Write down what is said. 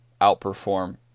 outperform